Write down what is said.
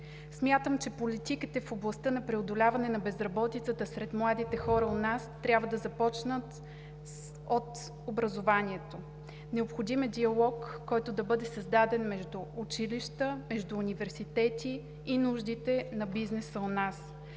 Смятам, че политиките в областта на преодоляване на безработицата сред младите хора у нас трябва започнат от образованието. Необходим е диалог, който да бъде създаден между училища, между университети и нуждите на бизнеса у нас.